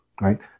right